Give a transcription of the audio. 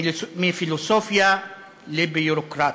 מפילוסופיה לביורוקרטיה.